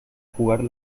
jugar